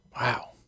Wow